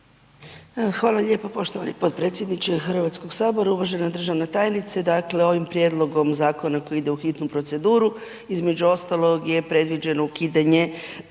Hvala lijepa poštovani potpredsjedniče. Uvažena državna tajnice, dakle ovim prijedlogom zakona koji ide u hitnu proceduru između ostalog je predviđeno ukidanje